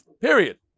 period